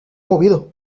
movido